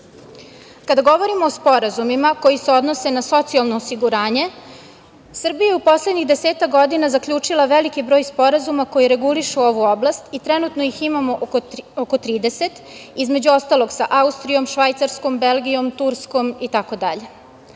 govorimo o sporazumima koji se odnose na socijalno osiguranje, Srbija je u poslednjih desetak godina zaključila veliki broj sporazuma koji regulišu ovu oblast i trenutno ih imamo oko 30, između ostalog, sa Austrijom, Švajcarsko, Belgijom, Turskom